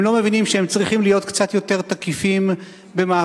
הם לא מבינים שהם צריכים להיות קצת יותר תקיפים במאבקם,